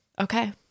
Okay